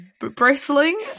bristling